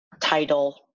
title